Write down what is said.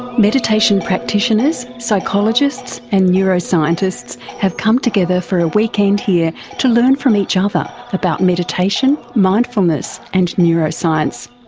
meditation practitioners, psychologists and neuroscientists have come together for a weekend here to learn from each other about meditation, mindfulness and neuroscience.